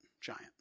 giant